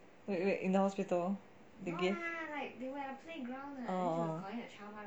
wait wait in the hospital the game